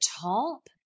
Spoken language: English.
top